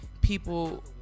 people